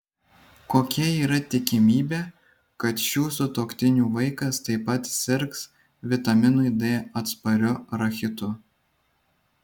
kokia yra tikimybė kad šių sutuoktinių vaikas taip pat sirgs vitaminui d atspariu rachitu